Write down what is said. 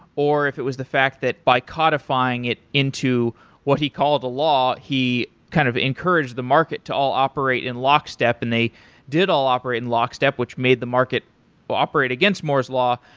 or if it was the fact that by codifying into what he called law, he kind of encouraged the market to all operate in lockstep and they did all operate in lockstep which made the market operate against moore's law.